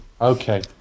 Okay